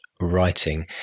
writing